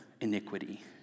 iniquity